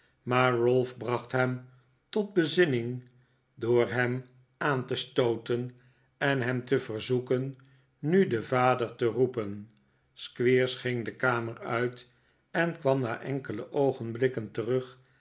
maar ralph bracht hem tot bezinning door hem aan te stooten en hem te verzoeken nu den vader te roepen squeers ging de kamer uit en kwam na enkele oogenblikken terug